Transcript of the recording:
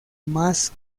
más